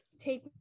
take